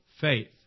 faith